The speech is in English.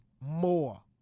more